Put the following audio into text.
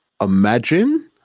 imagine